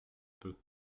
peut